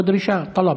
בקשה או דרישה, טלב.